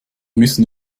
müssen